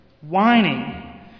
Whining